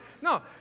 No